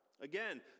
Again